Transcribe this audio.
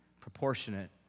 proportionate